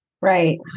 Right